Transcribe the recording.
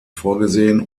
vorgesehen